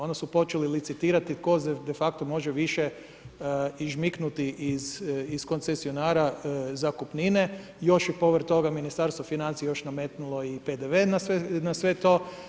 Onda su počeli licitirati tko de facto može više ižmiknuti iz koncesionara zakupnine, još je povrh toga Ministarstvo financija još nametnulo PDV na sve to.